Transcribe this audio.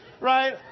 right